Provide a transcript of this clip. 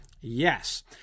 Yes